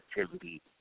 activity